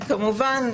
זה לא אומר,